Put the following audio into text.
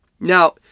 Now